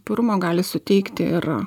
purumo gali suteikti ir